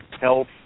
health